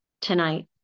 tonight